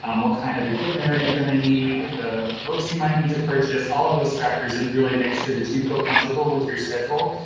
um what kind of equipment are you going to need, the books you might need to purchase, all of those factors and really make sure that you feel comfortable with your schedule.